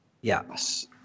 Yes